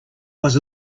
was